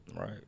Right